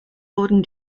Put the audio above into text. wurden